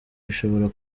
gishobora